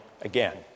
again